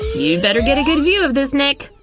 you'd better get a good view of this, nick!